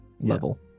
level